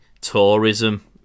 tourism